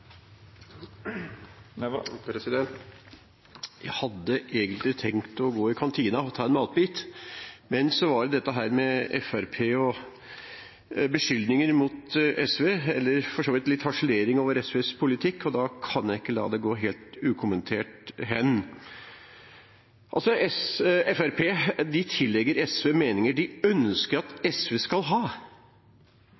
Jeg hadde egentlig tenkt å gå i kantina og ta en matbit, men så var det dette med Fremskrittspartiets beskyldninger mot SV – eller, for så vidt, litt harselering over SVs politikk – og det kan jeg ikke la gå helt ukommentert hen. Fremskrittspartiet tillegger SV meninger de ønsker at SV skal ha, som de kan hakke på oss for etterpå. De sier at